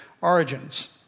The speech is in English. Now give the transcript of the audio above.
origins